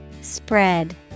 Spread